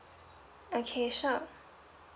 okay sure